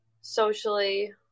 socially